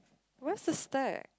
where's the stack